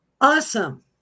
Awesome